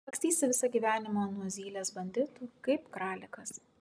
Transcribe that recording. lakstysi visą gyvenimą nuo zylės banditų kaip kralikas